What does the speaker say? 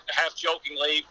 half-jokingly